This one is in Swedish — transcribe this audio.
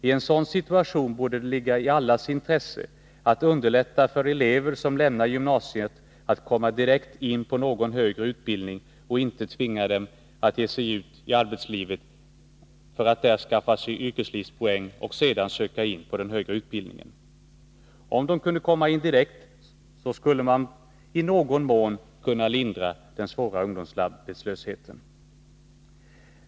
I en sådan situation borde det ligga i allas intresse att underlätta för elever som lämnar gymnasiet att komma direkt in på någon högre utbildning och inte tvinga dem att ge sig ut i arbetslivet för att där skaffa sig yrkeslivspoäng och sedan söka in på den högre utbildningen. Om de kunde komma in direkt, skulle man i någon mån kunna lindra den svåra ungdomsarbetslösheten.